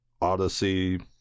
Odyssey